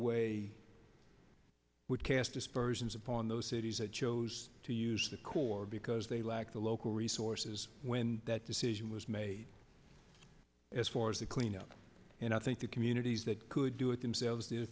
way would cast aspersions upon those cities that chose to use the corps because they lacked the local resources when that decision was made as far as the cleanup and i think the communities that could do it themselves